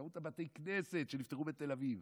כמות בתי הכנסת שנפתחו בתל אביב.